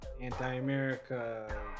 anti-america